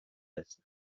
هستند